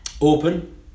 open